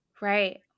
right